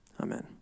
Amen